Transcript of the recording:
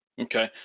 okay